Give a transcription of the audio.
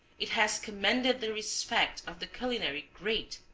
it has commanded the respect of the culinary great.